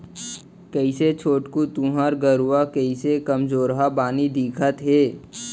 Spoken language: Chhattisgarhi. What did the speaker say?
कइसे छोटकू तुँहर गरूवा कइसे कमजोरहा बानी दिखत हे